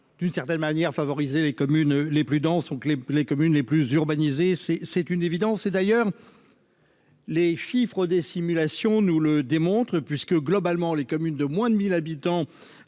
d'une certaine manière, favoriser les communes les plus denses, donc les les communes les plus urbanisés, c'est, c'est une évidence, et d'ailleurs. Les chiffres des simulations nous le démontre, puisque globalement, les communes de moins de 1000 habitants